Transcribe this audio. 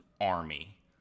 army